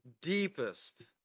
deepest